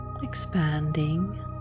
expanding